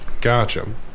gotcha